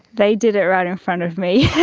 they did it right in front of me.